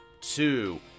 two